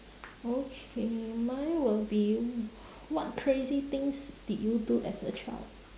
okay mine will be what crazy things did you do as a child